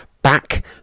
Back